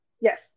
Yes